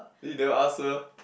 then you never ask her